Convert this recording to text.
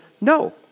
no